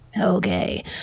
Okay